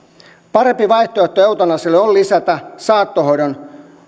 parempi vaihtoehto eutanasialle on lisätä saattohoidon